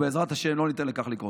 ובעזרת השם אנחנו לא ניתן לכך לקרות.